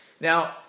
Now